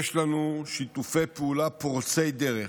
יש לנו שיתופי פעולה פורצי דרך,